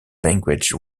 language